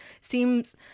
seems